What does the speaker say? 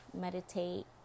meditate